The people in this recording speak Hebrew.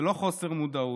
זה לא חוסר מודעות.